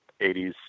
80s